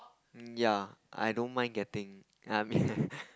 um ya I don't mind getting I mean